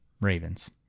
ravens